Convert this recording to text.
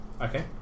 Okay